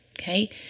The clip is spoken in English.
Okay